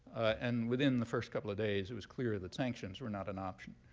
and within the first couple of days, it was clear that sanctions were not an option.